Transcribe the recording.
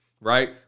right